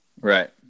Right